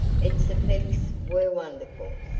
its effects were wonderful.